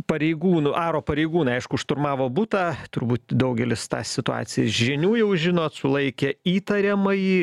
pareigūnų aro pareigūnai aišku šturmavo butą turbūt daugelis tą situaciją iš žinių jau žinot sulaikė įtariamąjį